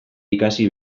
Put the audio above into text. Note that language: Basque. ikasi